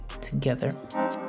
together